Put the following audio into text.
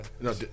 no